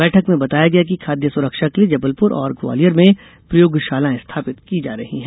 बैठक में बताया गया कि खादय सुरक्षा के लिये जबलपुर और ग्वालियर में प्रयोगशालाएँ स्थापित की जा रही हैं